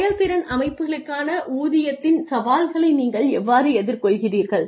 செயல்திறன் அமைப்புகளுக்கான ஊதியத்தின் சவால்களை நீங்கள் எவ்வாறு எதிர்கொள்கிறீர்கள்